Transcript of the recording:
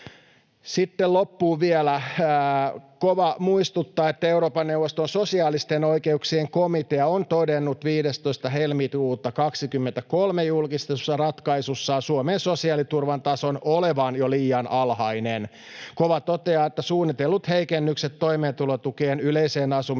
Sitten loppuun vielä: KOVA muistuttaa, että Euroopan neuvoston sosiaalisten oikeuksien komitea on todennut 15.2.2023 julkistetussa ratkaisussaan Suomen sosiaaliturvan tason olevan jo liian alhainen. KOVA toteaa, että suunnitellut heikennykset toimeentulotukeen, yleiseen asumistukeen